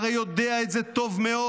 הרי יודע את זה טוב מאוד.